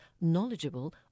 knowledgeable